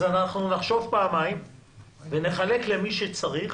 אנחנו נחשוב פעמיים ונחלק למי שצריך,